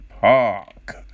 park